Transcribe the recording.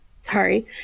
sorry